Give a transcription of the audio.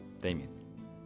Damien